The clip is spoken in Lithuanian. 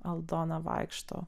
aldona vaikšto